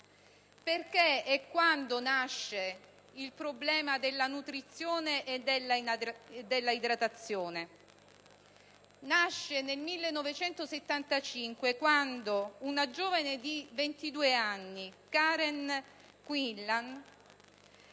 Perché e quando nasce il problema della nutrizione e della idratazione? Nasce nel 1975, quando una giovane di 22 anni, Karen Quinlan,